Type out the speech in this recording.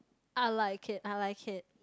I like it I like it